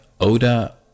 Oda